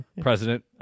president